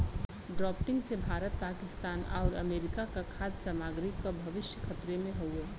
drafting से भारत पाकिस्तान आउर America क खाद्य सामग्री क भविष्य खतरे में हउवे